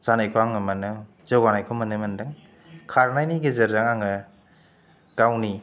जानायखौ आङो मोनो जौगानायखौ मोननै मोनदों खारनायनि गेजेरजों आङो गावनि